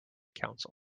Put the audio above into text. counsel